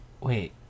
wait